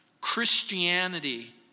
Christianity